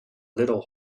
little